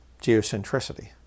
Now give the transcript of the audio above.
geocentricity